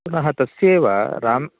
पुनः तस्यैव राम्